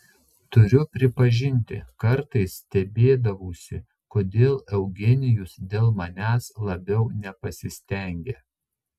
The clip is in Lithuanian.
turiu pripažinti kartais stebėdavausi kodėl eugenijus dėl manęs labiau nepasistengia